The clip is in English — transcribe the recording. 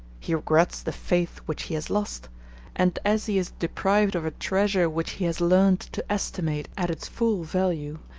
he regrets the faith which he has lost and as he is deprived of a treasure which he has learned to estimate at its full value,